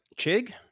Chig